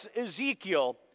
Ezekiel